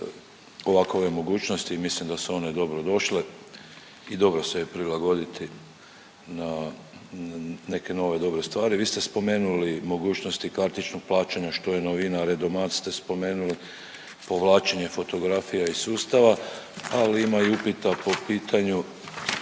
ovakove mogućnosti, mislim da su one dobrodošle i dobro se prilagoditi nekoj novoj dobroj stvari. Vi ste spomenuli mogućnosti kartičnog plaćanja, što je novina, redomat ste spomenuli, povlačenje fotografija iz sustava, ali ima i upita po pitanju